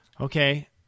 Okay